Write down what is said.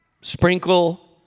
Sprinkle